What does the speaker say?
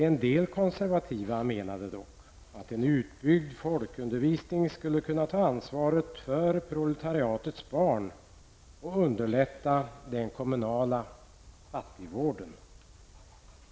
En del konservativa menade dock, att en utbyggd folkundervisning skulle kunna ta ansvaret för proletariatets barn och underlätta den kommunala fattigvården.